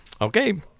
Okay